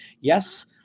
Yes